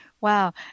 Wow